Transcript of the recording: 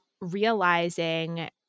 realizing